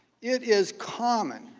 it is common